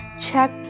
Check